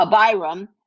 Abiram